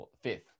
fifth